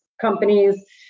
companies